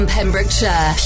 Pembrokeshire